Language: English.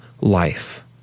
life